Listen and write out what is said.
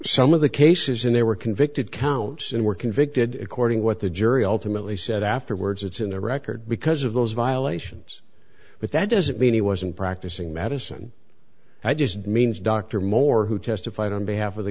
some of the cases and they were convicted counts and were convicted according to what the jury ultimately said afterwards it's in the record because of those violations but that doesn't mean he wasn't practicing medicine i just means dr moore who testified on behalf of the